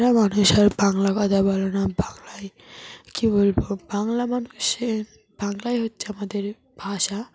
মানুষ আর বাংলা কথা বলে না বাংলায় কী বলব বাংলা মানুষের বাংলাই হচ্ছে আমাদের ভাষা